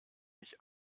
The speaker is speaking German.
mich